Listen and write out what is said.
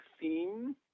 theme